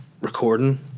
recording